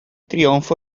trionfo